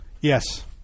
Yes